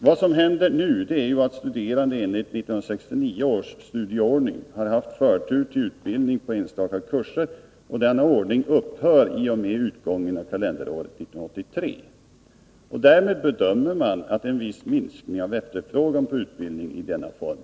Vad som nu händer är att den förtur som studerande enligt 1969 års studieordning har haft till enstaka kurser upphör i och med utgången av kalenderåret 1983. Man bedömer att det därmed kommer att ske en viss minskning av efterfrågan på utbildning i denna form.